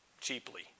cheaply